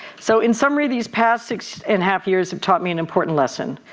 so in summary, these past six and half years have taught me an important lesson.